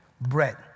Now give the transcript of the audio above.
bread